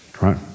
right